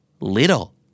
Little